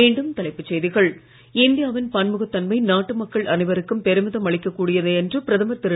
மீண்டும் தலைப்புச் செய்திகள் இந்தியாவின் பன்முகத் தன்மை நாட்டு மக்கள் அனைவருக்கும் பெருமிதம் அளிக்கக் கூடியது என்று பிரதமர் திரு